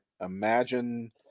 imagine